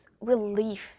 relief